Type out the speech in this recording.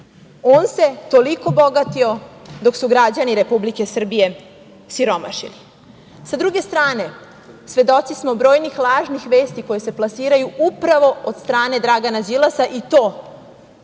On se toliko bogatio dok su građani Republike Srbije siromašili.S druge strane, svedoci smo brojnih lažnih vesti koje se plasiraju upravo od strane Dragana Đilasa, i to